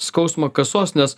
skausmą kasos nes